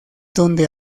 donde